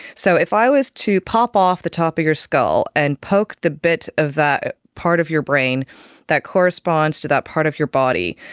so if i was to pop off the top of your skull and poke the bit of that part of your brain that corresponds to that part of your body,